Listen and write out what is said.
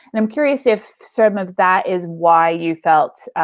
and i'm curious if some of that is why you felt